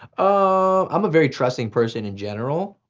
ah i'm a very trusting person in general.